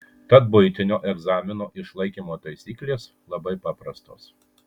tad buitinio egzamino išlaikymo taisyklės labai paprastos